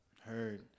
Heard